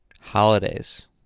holidays